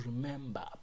remember